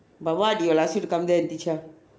but what he will ask you to come there and teach ah